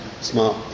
smart